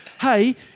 hey